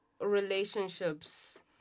relationships